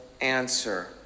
answer